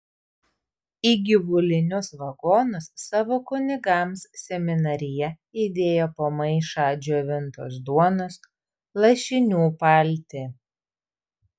į gyvulinius vagonus savo kunigams seminarija įdėjo po maišą džiovintos duonos lašinių paltį